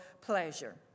pleasure